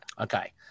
Okay